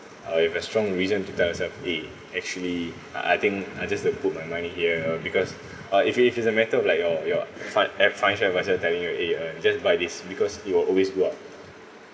uh you have strong reason to tell yourself eh actually uh I think I just don't put my money here because uh if it's if it's a matter of like your your fi~ uh financial adviser telling you eh uh just buy this because it will always work